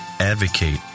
Advocate